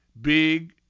big